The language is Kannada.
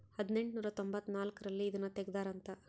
ಹದಿನೆಂಟನೂರ ತೊಂಭತ್ತ ನಾಲ್ಕ್ ರಲ್ಲಿ ಇದುನ ತೆಗ್ದಾರ ಅಂತ